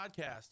Podcast